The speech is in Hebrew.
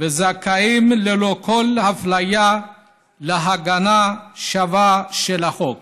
וזכאים ללא כל אפליה להגנה שווה של החוק".